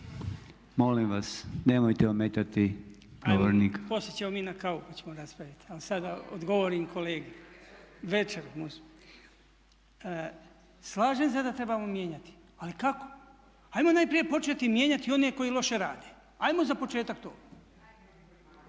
Molim vas, nemojte ometati govornika./… Poslije ćemo mi na kavu pa ćemo raspravi ali sada da odgovorim kolegi. …/Upadica se ne čuje./… Večeru može. Slažem se da trebamo mijenjati ali kako? Ajmo najprije početi mijenjati one koji loše rade. Ajmo za početak to.